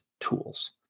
tools